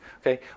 Okay